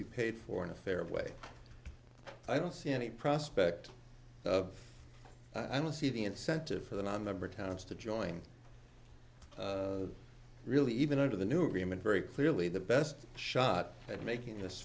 be paid for an affair of way i don't see any prospect of i don't see the incentive for the non member towns to join really even under the new agreement very clearly the best shot at making this